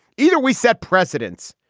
either we set precedents.